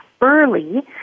early